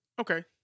Okay